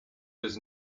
does